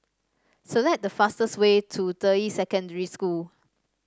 select the fastest way to Deyi Secondary School